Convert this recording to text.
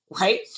right